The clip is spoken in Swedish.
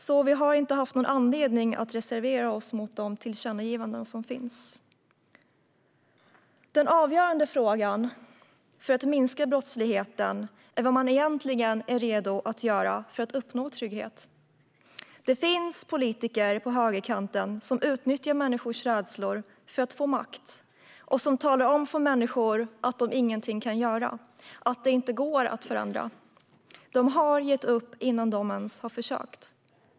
Vi har alltså inte haft någon anledning att reservera oss mot de tillkännagivanden som föreslås. Den avgörande frågan för att minska brottsligheten är vad man egentligen är redo att göra för att uppnå trygghet. Det finns politiker på högerkanten som utnyttjar människors rädslor för att få makt och som talar om för människor att de ingenting kan göra och att det inte går att förändra. De har gett upp innan de ens har försökt.